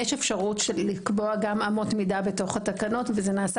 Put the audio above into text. יש אפשרות לקבוע גם אמות מידה בתוך התקנות וזה נעשה